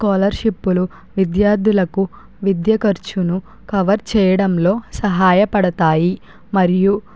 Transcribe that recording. స్కాలర్షిప్పులు విద్యార్థులకు విద్య ఖర్చును కవర్ చేయడంలో సహాయపడతాయి మరియు